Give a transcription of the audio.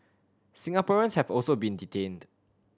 Singaporeans have also been detained